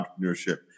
entrepreneurship